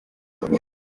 burundu